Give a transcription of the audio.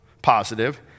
positive